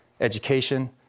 Education